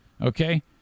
Okay